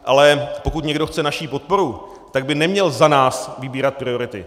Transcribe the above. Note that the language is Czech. Ale pokud někdo chce naši podporu, tak by neměl za nás vybírat priority.